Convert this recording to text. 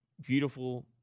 Beautiful